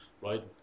right